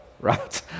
right